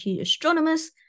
Astronomers